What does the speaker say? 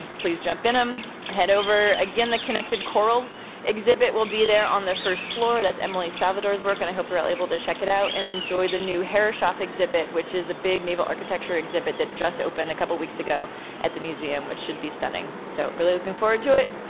please jump in them, head over. again, the connected coral exhibit will be there on the first floor, that's emily salvador's work, and i hope we're all able to check it out, and enjoy the new herreshoff exhibit, which is a big naval architecture exhibit that just opened a couple weeks ago at the museum, which should be stunning. so we're looking forward to it,